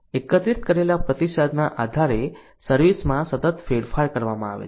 એકત્રિત કરેલા પ્રતિસાદના આધારે સર્વિસ માં સતત ફેરફાર કરવામાં આવે છે